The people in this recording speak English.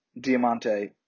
Diamante